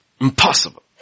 Impossible